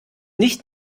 nicht